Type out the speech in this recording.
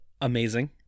Amazing